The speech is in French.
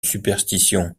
superstition